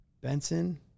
Benson